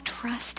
trust